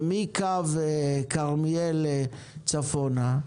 ומקו כרמיאל צפונה,